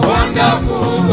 Wonderful